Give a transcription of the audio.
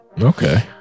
Okay